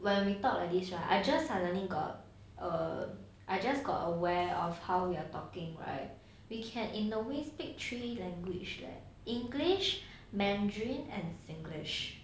when we talk like this right I just suddenly got err I just got aware of how we are talking right we can in the way speak three languages leh english mandarin and singlish